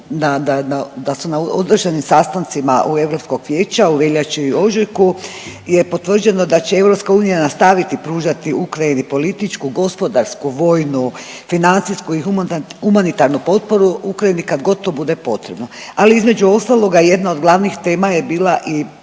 da su na održanim sastancima Europskog vijeća u veljači i ožujku je potvrđeno da će EU nastaviti pružati Ukrajini političku, gospodarsku, vojnu, financijsku i humanitarnu potporu Ukrajini kad god to bude potrebno, ali između ostaloga jedna od glavnih tema je bila i